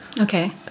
Okay